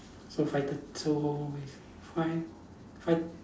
so five thirt~ so five five